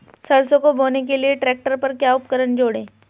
सरसों को बोने के लिये ट्रैक्टर पर क्या उपकरण जोड़ें?